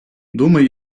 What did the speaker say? думай